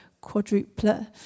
quadruple